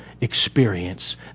experience